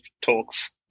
talks